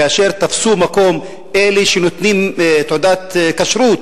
כאשר תפסו מקום אלה שנותנים תעודת כשרות